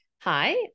Hi